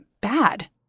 bad